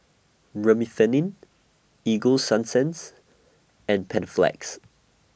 Remifemin Ego Sunsense and Panaflex